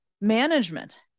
management